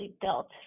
built